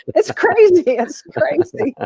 it's crazy, it's crazy.